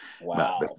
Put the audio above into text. wow